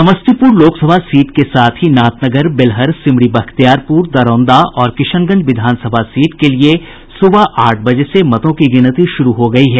Samastipur Lok Sabha seat के साथ ही नाथनगर बेलहर सिमरी बख्तियारपुर दरौंदा और किशनगंज विधानसभा सीट के लिये सुबह आठ बजे से मतों की गिनती शुरू हो गयी है